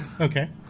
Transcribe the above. Okay